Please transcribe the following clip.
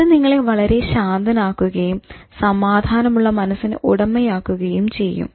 അത് നിങ്ങളെ വളരെ ശാന്തനാക്കുകയും സമാധാനമുള്ള മനസ്സിന് ഉടമയാക്കുകയും ചെയ്യും